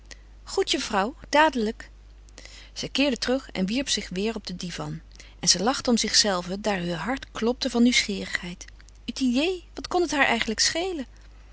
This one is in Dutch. goed juffrouw dadelijk zij keerde terug en wierp zich weêr op den divan en ze lachte om zichzelve daar heur hart klopte van nieuwsgierigheid het idée wat kon het haar eigenlijk schelen